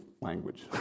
language